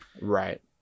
Right